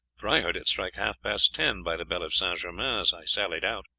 for i heard it strike half-past ten by the bell of st. germain as i sallied out.